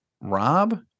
Rob